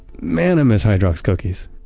man, i miss hydrox cookies!